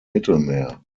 mittelmeer